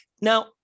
Now